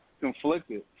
conflicted